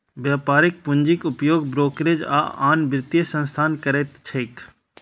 व्यापारिक पूंजीक उपयोग ब्रोकरेज आ आन वित्तीय संस्थान करैत छैक